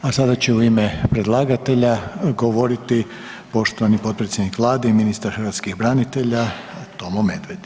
A sada će u ime predlagatelja govoriti poštovani potpredsjednik Vlade i ministar hrvatskih branitelja Tomo Medved.